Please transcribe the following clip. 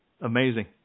Amazing